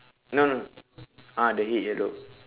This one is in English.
no no ah the head yellow